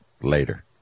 Later